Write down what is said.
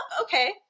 okay